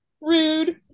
rude